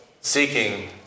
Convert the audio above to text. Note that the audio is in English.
seeking